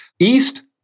East